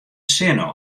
sinne